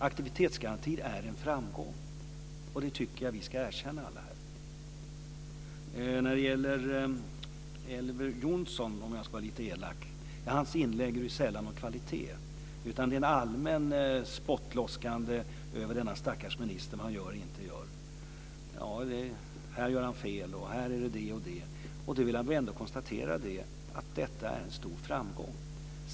Aktivitetsgarantin är en framgång, och det tycker jag att alla här ska erkänna. Till Elver Jonsson vill jag, för att vara lite elak, säga att det sällan är någon kvalitet i hans inlägg. Det är ett allmänt spottande mot denne stackars minister för vad han gör och inte gör. Här gör han fel, här är det så och här är det så. Jag vill ändå konstatera att det här är fråga om en stor framgång.